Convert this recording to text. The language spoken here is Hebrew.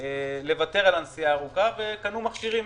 לוותר על הנסיעה הארוכה וקנו מכשירים